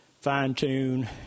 fine-tune